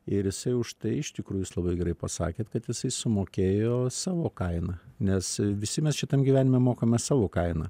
ir jisai už tai iš tikrųjų jūs labai gerai pasakėt kad jisai sumokėjo savo kainą nes visi mes šitam gyvenime mokame savo kainą